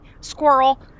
squirrel